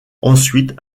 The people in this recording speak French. ensuite